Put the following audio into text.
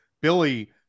Billy